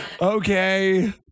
Okay